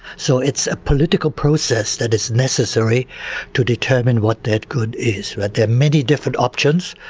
so, it's a political process that is necessary to determine what that good is where there are many different options.